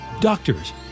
Doctors